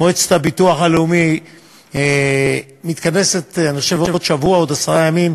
מועצת הביטוח הלאומי מתכנסת בעוד שבוע או עשרה ימים,